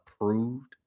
approved